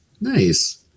Nice